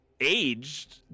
aged